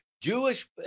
Jewish